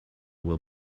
will